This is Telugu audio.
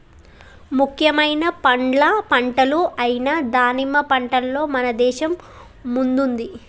ముఖ్యమైన పండ్ల పంటలు అయిన దానిమ్మ పంటలో మన దేశం ముందుంది